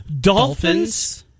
Dolphins